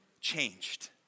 changed